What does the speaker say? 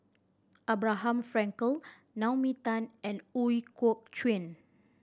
Abraham Frankel Naomi Tan and Ooi Kok Chuen